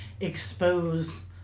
expose